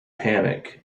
panic